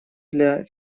для